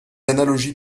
analogies